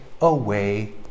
away